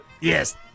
Yes